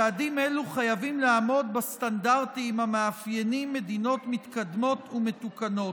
צעדים אלו חייבים לעמוד בסטנדרטים המאפיינים מדינות מתקדמות ומתוקנות.